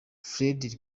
fred